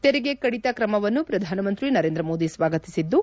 ತೆರಿಗೆ ಕಡಿತ ಕ್ರಮವನ್ನು ಪ್ರಧಾನಮಂತ್ರಿ ನರೇಂದ್ರ ಮೋದಿ ಸ್ವಾಗತಿಸಿದ್ದು